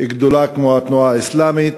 וגדולה כמו התנועה האסלאמית.